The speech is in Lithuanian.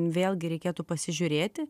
vėlgi reikėtų pasižiūrėti